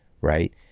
right